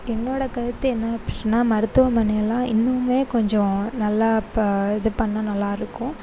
என்னோட கருத்து என்ன அப்படின்னா மருத்துவமனையெல்லாம் இன்னுமுமே கொஞ்சம் நல்லா ப இது பண்ணிணா நல்லாயிருக்கும்